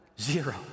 Zero